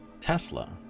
Tesla